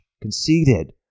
conceited